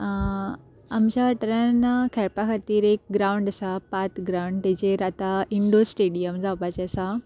आमच्या वाठारान खेळपा खातीर एक ग्रावंड आसा पात ग्रावंड ताजेर आतां इंडोर स्टेडियम जावपाचें आसा